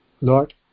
Lord